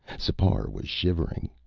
sipar was shivering.